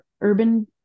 urban